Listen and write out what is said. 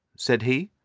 said he.